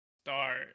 start